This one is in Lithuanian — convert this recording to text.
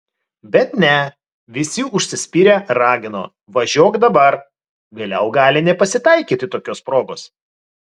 bet ne visi užsispyrę ragino važiuok dabar vėliau gali nepasitaikyti tokios progos